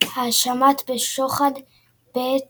האשמות בשוחד בעת